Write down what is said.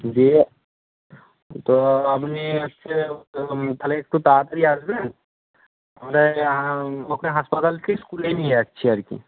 যে তো আপনি হচ্ছে তো তাহলে একটু তাড়াতাড়ি আসবেন তাহলে ওকে হাসপাতাল থেকে স্কুলে নিয়ে যাচ্ছি আর কি